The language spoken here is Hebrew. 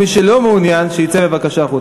מי שאינו מעוניין, שיצא החוצה.